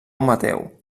mateu